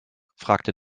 fragte